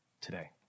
today